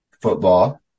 football